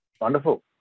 Wonderful